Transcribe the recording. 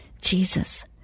Jesus